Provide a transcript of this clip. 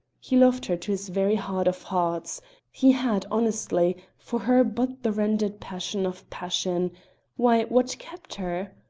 he loved her to his very heart of hearts he had, honestly, for her but the rendered passion of passion why! what kept her?